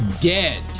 dead